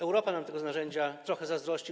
Europa nam tego narzędzia trochę zazdrości.